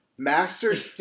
Master's